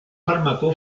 fármaco